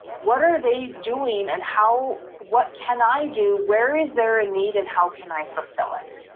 what are they doing and how, what can i do? where is there a need and how can i fulfill it,